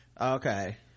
okay